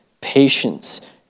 patience